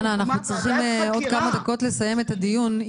חנה, אנחנו צריכים עוד כמה דקות לסיים את הדיון.